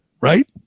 right